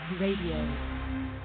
Radio